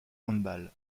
handball